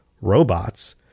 robots